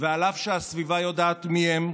ואף שהסביבה יודעת מי הם,